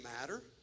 matter